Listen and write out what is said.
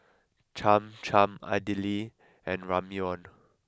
Cham Cham Idili and Ramyeon